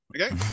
Okay